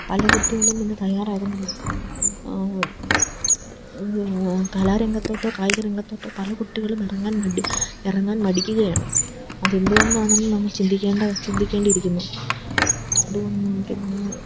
പല കുട്ടികളും ഇന്ന് തയ്യാറാകുന്നില്ല കലാരംഗത്തോട്ടോ കായികരംഗത്തോട്ടോ പല കുട്ടികളും ഇറങ്ങാൻ മടി ഇറങ്ങാൻ മടിക്കുകയാണ് അതെന്തുകൊണ്ടാണെന്ന് നമ്മൾ ചിന്തിക്കേണ്ട ചിന്തിക്കേണ്ടിയിരിക്കുന്നു അതുകൊണ് പിന്നെ